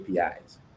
APIs